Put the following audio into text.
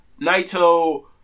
Naito